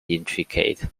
intricate